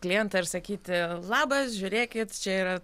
klientą ir sakyti labas žiūrėkit čia yra